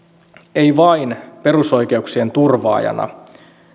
ei vain perusoikeuksien turvaajana